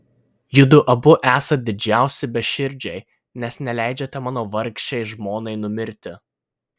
judu abu esat didžiausi beširdžiai nes neleidžiate mano vargšei žmonai numirti